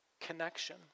connection